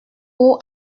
pour